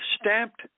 stamped